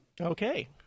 Okay